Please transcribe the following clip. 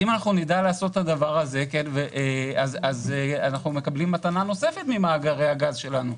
אנחנו נדע לעשות את זה אנחנו נקבל מתנה נוספת ממאגרי הגז שלנו.